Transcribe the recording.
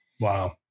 Wow